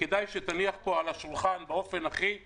כדאי שתניח פה על השולחן באופן הכי ברור.